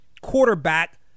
quarterback